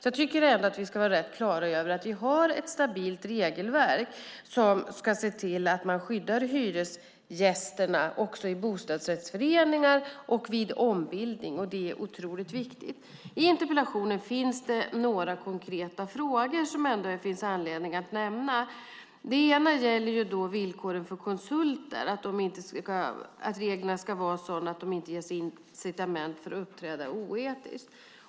Jag tycker ändå att vi ska vara rätt klara över att vi har ett stabilt regelverk som ska se till att man skyddar hyresgästerna också i bostadsrättsföreningar och vid ombildning. Det är otroligt viktigt. I interpellationen finns det några konkreta frågor som det finns anledning att nämna. En fråga gäller villkoren för konsulter, att reglerna ska vara sådana att de inte ges incitament att uppträda oetiskt.